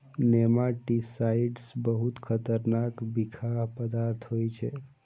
nematicides बहुत खतरनाक बिखाह पदार्थ होइ छै